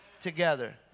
together